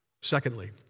Secondly